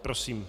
Prosím.